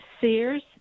Sears